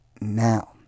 now